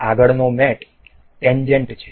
આગળનો મેટ ટેન્જેન્ટ છે